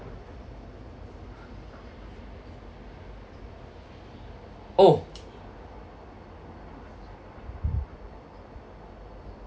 oh